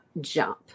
jump